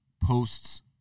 posts